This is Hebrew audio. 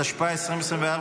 התשפ"ג 2024,